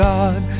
God